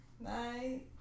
Night